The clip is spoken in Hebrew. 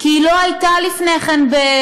כי היא לא הייתה לפני כן בבית-הכלא,